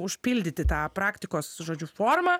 užpildyti tą praktikos žodžiu formą